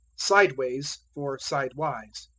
sideways for sidewise.